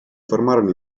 formarono